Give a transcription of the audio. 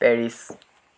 Paris